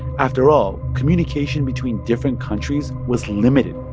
after all, communication between different countries was limited.